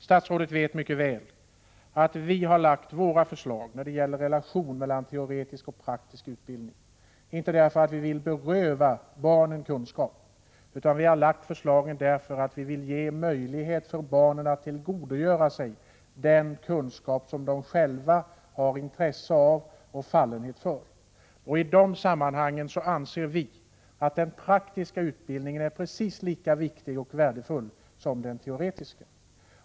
Statsrådet vet mycket väl att vi inte har lagt fram våra förslag om relationen mellan teoretisk och praktisk utbildning därför att vi vill beröva barnen kunskap, utan därför att vi vill ge barnen möjlighet att tillgodogöra sig den kunskap som de själva har intresse av och fallenhet för. I de sammanhangen anser vi att den praktiska utbildningen är precis lika viktig och värdefull som den teoretiska.